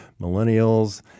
millennials